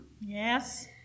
Yes